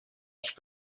sich